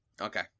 Okay